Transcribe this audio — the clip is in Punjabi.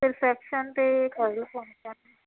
ਅਤੇ ਰੀਸੈਪਸ਼ਨ 'ਤੇ ਕਰਲ ਪਵਾਉਣੇ ਹੈ